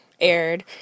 aired